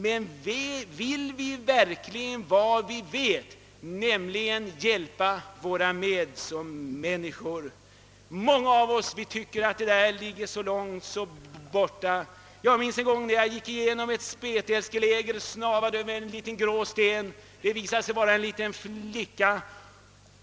Men vill vi verkligen vad vi vet, nämligen hjälpa våra medmänniskor? Många av oss tycker att detta ligger så långt borta. Jag minns en gång när jag gick igenom ett spetälskeläger och snavade över vad jag trodde vara en grå sten. Det visade sig vara en liten flicka.